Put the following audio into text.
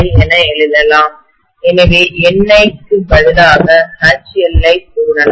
என எழுதலாம் எனவே NI க்கு பதிலாக Hl ஐ போடலாம்